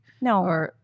No